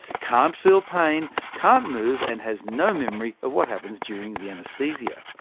can't feel pain, can't move and has no memory of what happens during the anaesthesia.